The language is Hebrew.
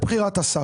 לבחירת השר.